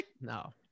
No